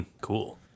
Cool